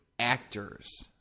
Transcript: actors